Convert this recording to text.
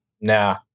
nah